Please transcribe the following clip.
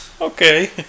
Okay